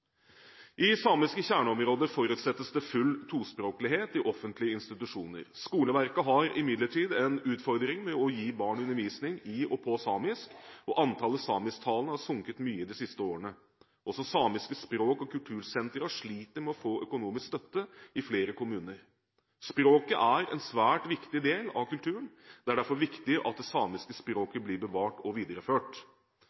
I samiske kjerneområder forutsettes det full tospråklighet i offentlige institusjoner. Skoleverket har imidlertid en utfordring når det gjelder å gi undervisning i og på samisk, og antallet samisktalende har sunket mye de siste årene. Også samiske språk- og kultursentre sliter med å få økonomisk støtte i flere kommuner. Språket er en svært viktig del av kulturen. Det er derfor viktig at det samiske